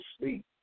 sleep